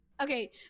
Okay